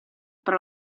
per